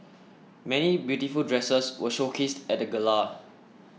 many beautiful dresses were showcased at the gala